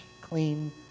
clean